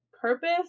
purpose